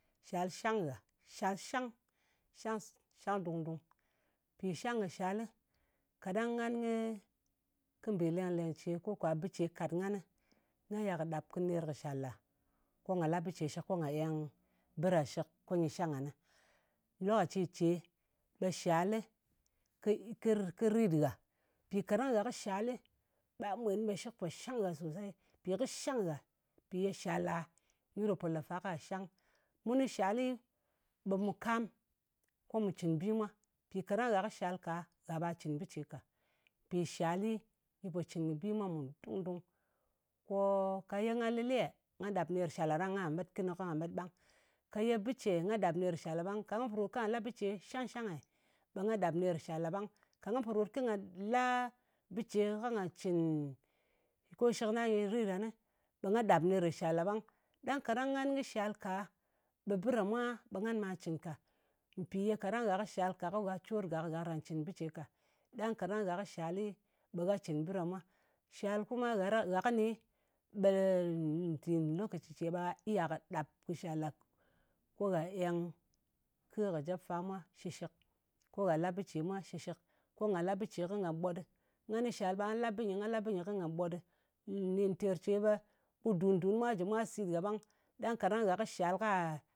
Shal shang ngha. Shal ghang. Shang, shang dung-dung. Mpì shang kɨ shalɨ, kaɗang ngan kɨ mbì leng-lèng ce, ko kwa ɓɨ ce kat nganɨ, nga iya kɨ ɗap kɨnɨ ka ner kɨ shalà, ko nga la bɨ ce shɨk, ko nga eng nyɨ ɓɨ ɗa shɨk ko nyɨ shang ngan nɨ. Lokaci ce, ɓe shalɨ, kɨ kɨ rit nghà. Mpì kaɗang gha kɨ shalɨ ɓa mwen ɓe shɨk pò shang ngha sòsei, nyɨ kɨ shang nghà, mpì ye shala, nyi ɗo pò le fa kwa shang. Mun kɨ shali, ɓe mu kam ko mu cɨn bi mwa. mpì kaɗang gha kɨ shal ka, gha ɓa cɨn bɨ ce ka. Mpi shali nyɨ pò cɨn kɨ bi mwa mùn dung-dung. Ko ka ye nga lɨle, nga ɗap ner kɨ shala ɗa met kɨnɨ ka met ɓang. Ka ye bɨ ce, nga ɗap ner kɨ shala ɓang. Ka nga po rot kwa la bɨ ce shang-shang nge, ba ɗap ner kɨ shal ɗa ɓang. Ka nga po rot ko nga la bɨ ce ko nga cɨn ko shɨkna nyɨ rit ɗan ɓe nga ɗap ner shal ɗa ɓang. Ɗang kaɗang ngan kɨ shal ka, ɓe bɨ ɗa mwa, ngan ɓà cɨn ka. Mpì ye kaɗang gha kɨ shal ka, ko gha cor gak, ɓe gha karan cɨn bɨ ce ka. Ɗang gha kɨ shali, ɓa cɨn bɨ ɗa mwa. Shal kuma, gha ɗa, gha kɨni, ɓe ntì, lokaci ce ɓa iya kɨ ɗap ki shal ɗa ko gha eng ke kɨ jep fa mwa shɨshɨk. Ko gha la bɨ ce mwa shɨshɨk. Ko nga la bɨ ce ko nga ɓot ɗɨ. Ngan kɨ shal, ɓe nga la bɨ nyɨ, nga la bɨ nyɨ ko nga ɓot ɗɨ. Nɗin ter ce ɓe ɓut dùn-dum jɨ mwa sit gha, ɗang gha kɨ shal ka